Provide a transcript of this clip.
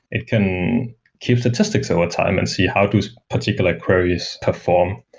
it can keep statics overtime and see how those particular queries perform.